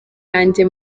yanjye